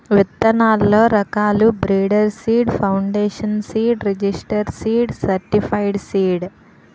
విత్తనాల్లో రకాలు breeder seed, foundation seed, registered seed, certified seed